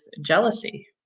jealousy